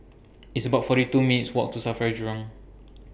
It's about forty two minutes' Walk to SAFRA Jurong